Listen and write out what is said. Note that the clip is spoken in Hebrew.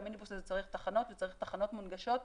שהמיניבוס הזה צריך תחנות וצריך תחנות מונגשות,